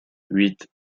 huit